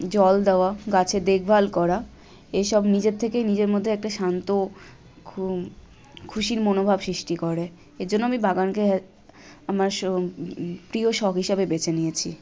জল দেওয়া গাছের দেকভাল করা এসব নিজের থেকেই নিজের মধ্যে একটা শান্ত খুব খুশির মনোভাব সৃষ্টি করে এজন্য আমি বাগানকে আমার শ প্রিয় শখ হিসাবে বেছে নিয়েছি